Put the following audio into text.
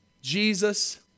Jesus